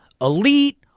elite